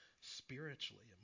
spiritually